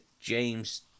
James